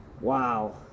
Wow